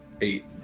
Eight